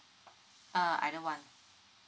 uh either one